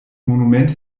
monument